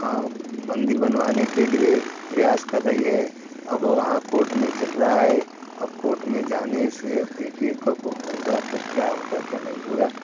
अब मंदिर बनवाने के लिए प्रयास कर रही है अब वहाँ कोर्ट में चल रहा है अब कोट में जाने से अब देखिये कब होगा कब क्या होगा क्या नहीं होगा